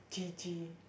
g_g